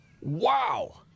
Wow